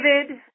David